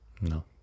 No